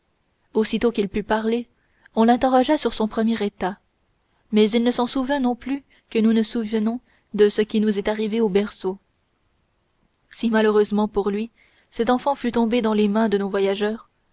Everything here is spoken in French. aussitôt qu'il put parler on l'interrogea sur son premier état mais il ne s'en souvint non plus que nous nous souvenons de ce qui nous est arrivé au berceau si malheureusement pour lui cet enfant fût tombé dans les mains de nos voyageurs